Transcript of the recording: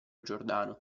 giordano